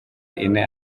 ine